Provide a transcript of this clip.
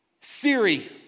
Siri